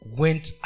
went